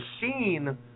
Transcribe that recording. scene